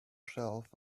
shelf